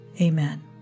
amen